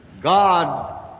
God